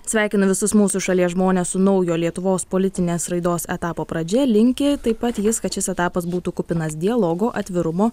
sveikinu visus mūsų šalies žmones su naujo lietuvos politinės raidos etapo pradžia linki taip pat jis kad šis etapas būtų kupinas dialogo atvirumo